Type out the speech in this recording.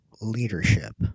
leadership